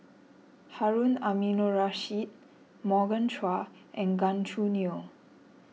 Harun Aminurrashid Morgan Chua and Gan Choo Neo